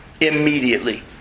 Immediately